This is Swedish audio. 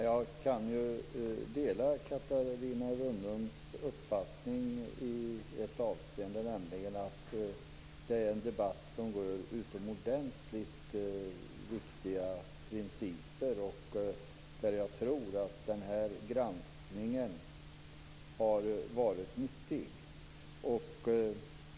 Herr talman! Jag kan dela Catarina Rönnungs uppfattning i ett avseende, nämligen att det är en debatt som rör utomordentligt viktiga principer. Och jag tror att denna granskning har varit nyttig.